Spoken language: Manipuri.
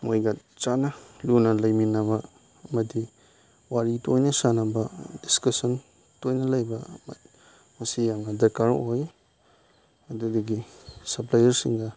ꯃꯣꯏꯒ ꯆꯥꯟꯅ ꯂꯨꯅ ꯂꯩꯃꯤꯟꯅꯕ ꯑꯃꯗꯤ ꯋꯥꯔꯤ ꯇꯣꯏꯅ ꯁꯥꯟꯅꯕ ꯗꯤꯁꯀꯁꯟ ꯇꯣꯏꯅ ꯂꯩꯕ ꯃꯁꯤ ꯌꯥꯝꯅ ꯗꯔꯀꯥꯔ ꯑꯣꯏ ꯑꯗꯨꯗꯒꯤ ꯁꯞꯄ꯭ꯂꯥꯏꯌꯔꯁꯤꯡꯒ